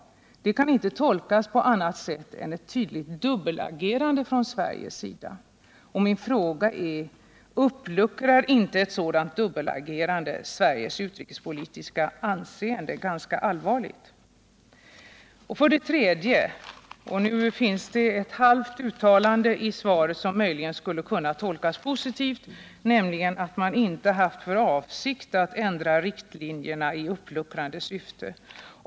Det kan inte tolkas på annat sätt än ett tydligt dubbelagerande från Sveriges sida. Min fråga är: Uppluckrar inte ett sådant dubbelagerande Sveriges utrikespolitiska anseende ganska allvarligt? För det tredje: Nu finns det i svaret ett halvt uttalande, som möjligen skulle kunna tolkas positivt, nämligen att man inte haft för avsikt att ändra riktlinjerna i uppluckrande syfte.